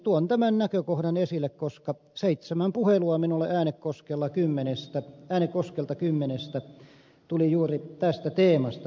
tuon tämän näkökohdan esille koska kymmenestä seitsemän puhelua minulle tuli äänekoskelta juuri tästä teemasta